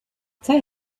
say